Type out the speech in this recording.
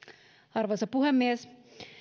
arvoisa puhemies